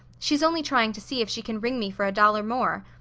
she's only trying to see if she can wring me for a dollar more.